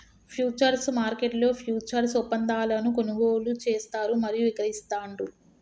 futures మార్కెట్లో futures ఒప్పందాలను కొనుగోలు చేస్తారు మరియు విక్రయిస్తాండ్రు